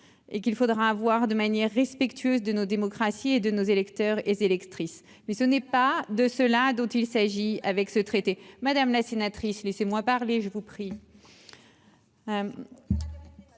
et qu'il faudra avoir de manière respectueuse de nos démocraties et de nos électeurs et électrices, mais ce n'est pas de cela dont il s'agit avec ce traité, madame la sénatrice, laissez-moi parler, je vous prie,